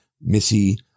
Missy